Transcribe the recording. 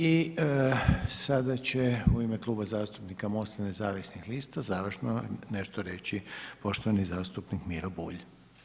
I sada će u ime Kluba zastupnika MOST-a nezavisnih lista, završno nešto reći poštovani zastupnik Miro Bulj.